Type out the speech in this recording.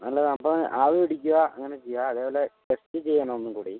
അല്ല അപ്പോൾ ആവി പിടിക്കുക അങ്ങനെ ചെയ്യുക അതേപോലെ ടെസ്റ്റ് ചെയ്യണം ഒന്നും കൂടി